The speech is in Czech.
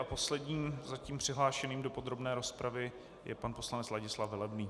Posledním zatím přihlášeným do podrobné rozpravy je pan poslanec Ladislav Velebný.